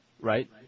Right